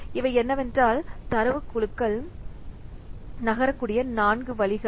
இவை என்னவென்றால் தரவுக் குழுக்கள் இவை தரவுக் குழுக்கள் நகரக்கூடிய நான்கு வழிகள்